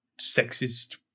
sexist